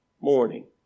morning